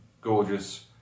Gorgeous